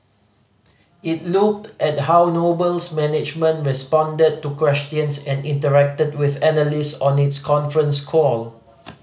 it looked at how Noble's management responded to questions and interacted with analyst on its conference call